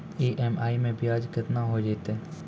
EMI मैं ब्याज केतना हो जयतै?